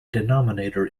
denominator